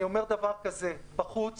בחוץ